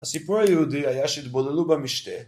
הסיפור היהודי היה שהתבוללו במשתה.